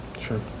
Sure